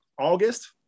August